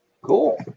cool